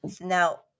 Now